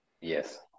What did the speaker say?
Yes